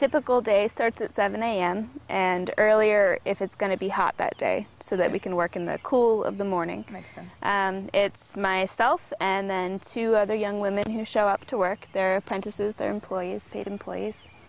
typical day starts at seven a m and earlier if it's going to be hot that day so that we can work in the cool of the morning so it's myself and then two other young women who show up to work their apprentices their employees paid employees